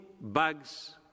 bags